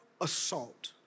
assault